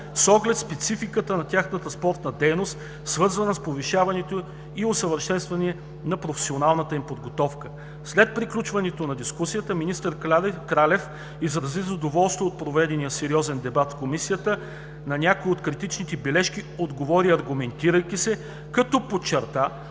с оглед спецификата на тяхната спортна дейност, свързана с повишаването и усъвършенстването на професионалната им подготовка. След приключването на дискусията министър Кралев изрази задоволство от проведения сериозен дебат в Комисията, на някои от критичните бележки отговори, аргументирайки се, като подчерта,